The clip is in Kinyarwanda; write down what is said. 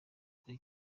kuri